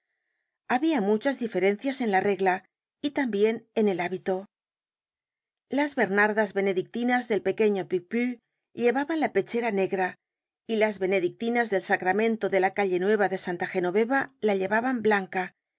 habia muchas diferencias en la regla y tambien en el hábito las bernardas benedictinas del pequeño picpus llevaban la pechera negra y las benedictinas del sacramento de la calle nueva de santa genoveva la llevaban blanca